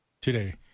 today